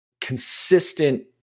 consistent